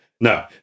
No